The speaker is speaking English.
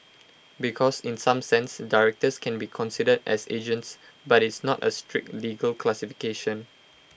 because in some sense directors can be considered as agents but it's not A strict legal classification